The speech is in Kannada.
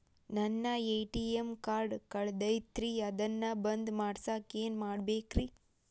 ನನ್ನ ಎ.ಟಿ.ಎಂ ಕಾರ್ಡ್ ಕಳದೈತ್ರಿ ಅದನ್ನ ಬಂದ್ ಮಾಡಸಾಕ್ ಏನ್ ಮಾಡ್ಬೇಕ್ರಿ?